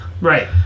Right